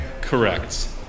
Correct